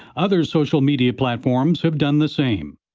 other social media platforms have done the same.